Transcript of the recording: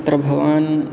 तत्र भवान्